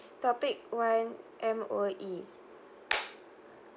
topic one M_O_E